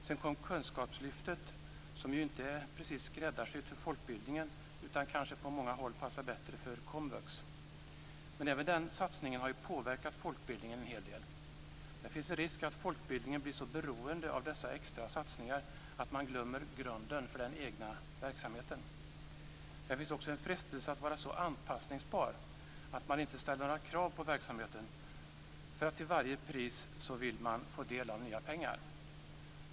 Så kom kunskapslyftet, som ju inte precis är skräddarsytt för folkbildningen utan på många håll passar bättre för komvux. Även den satsningen har påverkat folkbildningen en hel del. Det finns en risk att folkbildningen blir så beroende av dessa extra satsningar att man glömmer grunden för den egna verksamheten. Det finns också en frestelse att vara så anpassningsbar att man inte ställer några krav på verksamheten för att till varje pris få del av nya pengar.